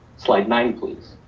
slide nine, please.